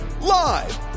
live